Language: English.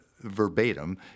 verbatim